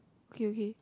okay okay